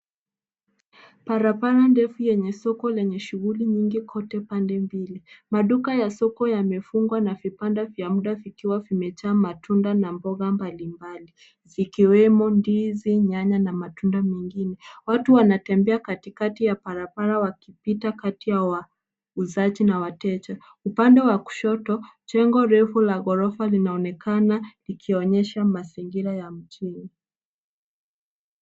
Barabara ndefu yenye soko lenye shughuli nyingi kote pande mbili. Maduka ya soko yamefungwa na vibanda vya muda vikiwa vimejaa matunda na mboga mbalimbali; zikiwemo ndizi, nyanya na matunda mengine. Watu wanatembea katikati ya barabara wakipita kati ya wauzaji na wateja. Upande wa kushoto, jengo refu la gorofa linaonekana likionyesha mazingira ya mjengo.